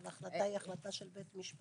אבל ההחלטה היא החלטה של בית משפט,